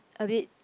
a bit